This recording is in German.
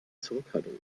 zurückhaltung